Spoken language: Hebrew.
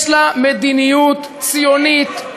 יש לה מדיניות ציונית,